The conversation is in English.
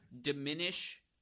diminish